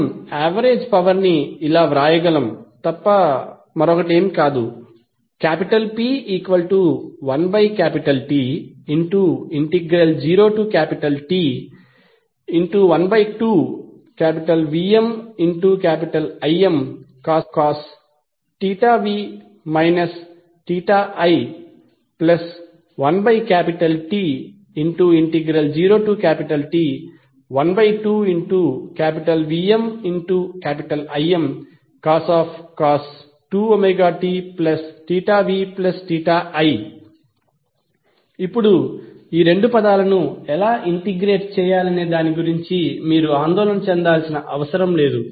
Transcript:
మనం average power ని ఇలా వ్రాయగలము తప్ప మరొకటి కాదు P1T0T12VmImcos v i 1T0T12VmImcos 2tvi ఇప్పుడు ఈ రెండు పదాలను ఎలా ఇంటిగ్రేట్ చేయాలనే దాని గురించి మీరు ఆందోళన చెందాల్సిన అవసరం లేదు